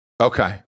okay